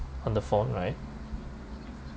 on the phone right